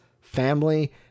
family